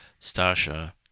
Stasha